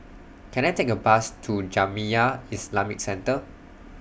Can I Take A Bus to Jamiyah Islamic Centre